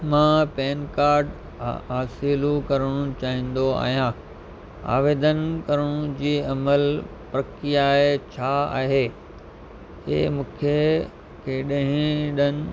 मां PAN card ह हासिलु करणु चाहींदो आहियां आवेदन करण जी अमल प्रक्रियाएँ छा आहे ऐं मूंखे कहिड़नि